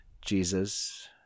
Jesus